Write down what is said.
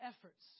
efforts